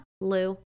Lou